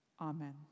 Amen